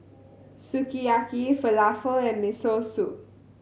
Sukiyaki Falafel and Miso Soup